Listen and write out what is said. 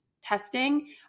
testing